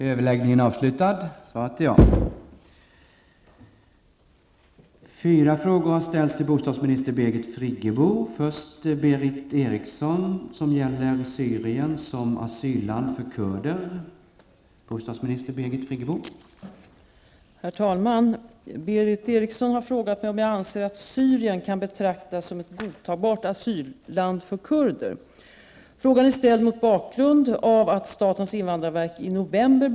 däribland två barn -- till Sverige och begärde politisk asyl. Alla kom från irakiska Kurdistan via Iran. Om de mellanlandat i Syrien eller ej är oklart, men om så är fallet är Syrien transitland. Anser invandrarministern att Syrien kan betraktas som ett godtagbart asylland för kurder?